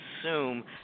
assume